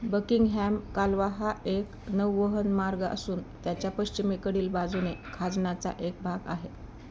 Buckingham कालवा हा एक नौवहन मार्ग असून त्याच्या पश्चिमेकडील बाजूने खाजणाचा एक भाग आहे